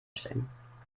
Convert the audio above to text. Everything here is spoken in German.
stellen